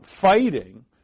fighting